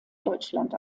deutschland